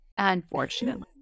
Unfortunately